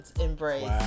embrace